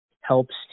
helps